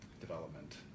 development